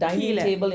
கீழ:keela